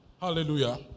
Hallelujah